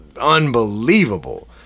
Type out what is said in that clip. unbelievable